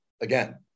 again